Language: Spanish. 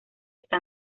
esta